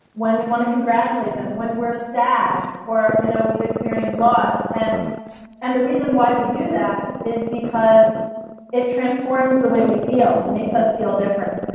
when we want to congratulate them, when we're sad or you know we've experienced loss. and and the reason why we do that is because it transforms the way we feel. it makes us feel different.